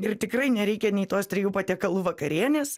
ir tikrai nereikia nei tos trijų patiekalų vakarienės